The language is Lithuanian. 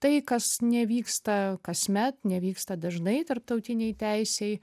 tai kas nevyksta kasmet nevyksta dažnai tarptautinėj teisėj